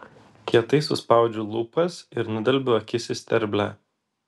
kietai suspaudžiu lūpas ir nudelbiu akis į sterblę